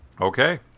Okay